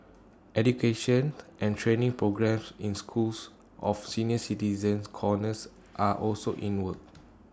education and training programmes in schools of senior citizen corners are also in works